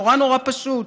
נורא נורא פשוט,